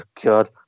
God